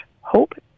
Hope